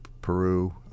Peru